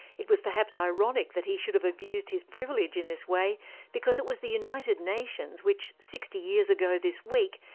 it was perhaps ironic that he should have abused his privilege in this way because it was the united nations which, sixty years ago this week,